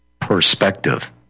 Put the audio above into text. perspective